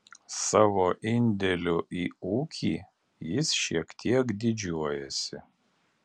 savo indėliu į ūkį jis šiek tiek didžiuojasi